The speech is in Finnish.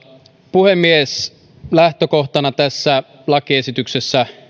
puhemies tunnetusti lähtökohtana tässä lakiesityksessä